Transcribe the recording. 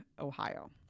Ohio